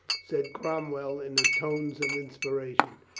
said cromwell in the tones of inspiration.